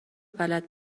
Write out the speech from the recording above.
بلد